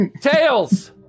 Tails